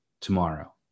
tomorrow